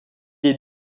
est